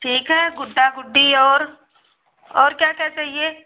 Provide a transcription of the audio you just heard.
ठीक है गुड्डा गुड्डी और और क्या क्या चहिए